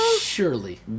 surely